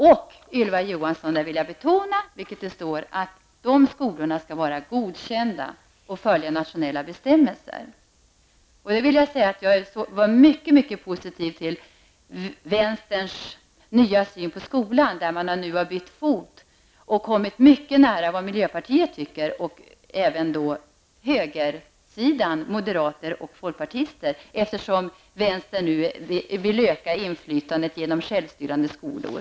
Där vill jag betona, Ylva Johansson, att dessa skolor skall vara godkända och följa nationella bestämmelser. Jag är mycket positiv till vänsterns nya syn på skolan. Man har bytt fot och kommit mycket nära miljöpartiets synpunkter och även högersidans, moderater och folkpartister, eftersom vänstern nu vill öka inflytandet genom självstyrande skolor.